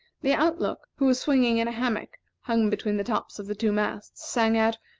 the out-look, who was swinging in a hammock hung between the tops of the two masts, sang out,